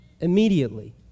immediately